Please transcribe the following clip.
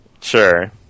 Sure